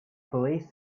police